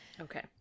Okay